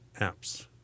Apps